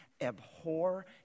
abhor